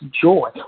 joy